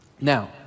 Now